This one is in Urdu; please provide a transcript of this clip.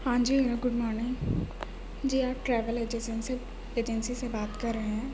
ہاں جی گڈ مارننگ جی آپ ٹریول ایجنسی سے بات کر رہے ہیں